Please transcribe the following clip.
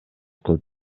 кылып